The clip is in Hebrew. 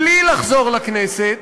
בלי לחזור לכנסת,